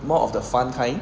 more of the fun kind